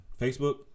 Facebook